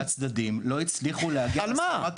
הצדדים לא הצליחו להגיע להסכמה --- על מה?